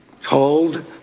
told